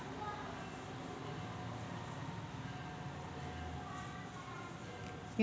UPI न मले माया खरेदीचे पैसे देता येईन का?